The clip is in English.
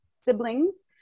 siblings